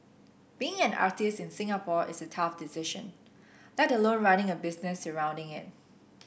being an artist in Singapore is a tough decision let alone running a business surrounding it